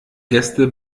gäste